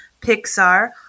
Pixar